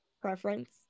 preference